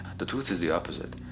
the truth is the opposite.